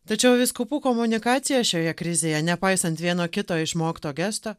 tačiau vyskupų komunikacijos šioje krizėje nepaisant vieno kito išmokto gesto